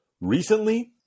recently